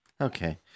Okay